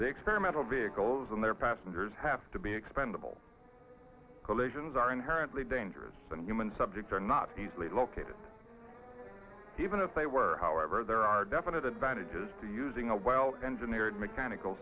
the experimental vehicles and their passengers have to be expendable collisions are inherently dangerous and human subjects are not easily located even if they were however there are definite advantages to using a well engineered mechanical